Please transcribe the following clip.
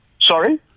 Sorry